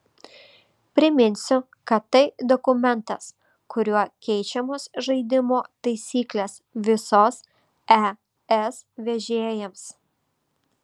priminsiu kad tai dokumentas kuriuo keičiamos žaidimo taisyklės visos es vežėjams